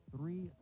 Three